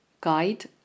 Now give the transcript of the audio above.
guide